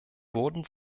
wurden